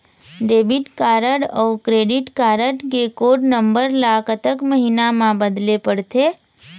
Debit card अऊ credit card के code number ला कतक महीना मा बदले पड़थे?